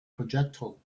projectile